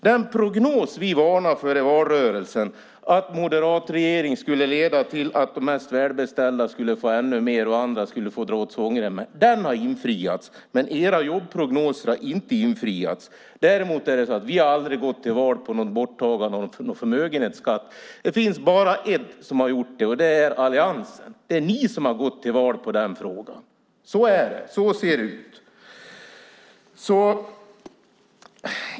Den prognos vi varnade för i valrörelsen att en moderat regering skulle leda till att de mest välbeställda skulle få ännu mer och att andra skulle få dra åt svångremmen har infriats. Men era jobbprognoser har inte infriats. Vi har aldrig gått till val på något borttagande av någon förmögenhetsskatt. Det finns bara en som har gjort det, och det är alliansen. Det är ni som har gått till val på den frågan. Så är det. Så ser det ut.